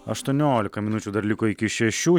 aštuoniolika minučių dar liko iki šešių